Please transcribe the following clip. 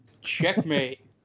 checkmate